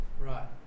Right